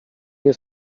nie